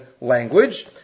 language